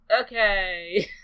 okay